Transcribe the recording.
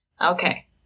Okay